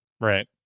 right